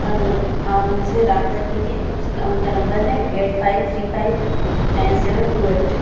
اور آپ ان سے رابطہ کیجیے ان کا نمبر ہے eight five three five nine seven two at